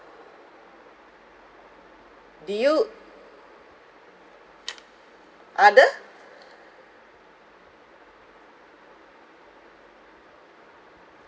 do you other